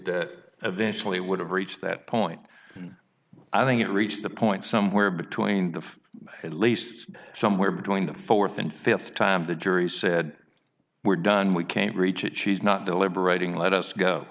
that eventually would have reached that point i think it reached the point somewhere between of at least somewhere between the fourth and fifth time the jury said we're done we can't reach it she's not deliberating let us go